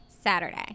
saturday